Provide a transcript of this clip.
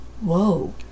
whoa